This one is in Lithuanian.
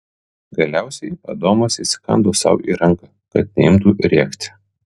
galiausiai adomas įsikando sau į ranką kad neimtų rėkti